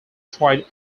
tried